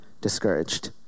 discouraged